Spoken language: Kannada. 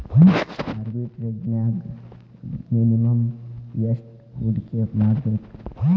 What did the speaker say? ಆರ್ಬಿಟ್ರೆಜ್ನ್ಯಾಗ್ ಮಿನಿಮಮ್ ಯೆಷ್ಟ್ ಹೂಡ್ಕಿಮಾಡ್ಬೇಕ್?